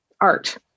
art